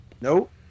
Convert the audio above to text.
Nope